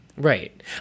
Right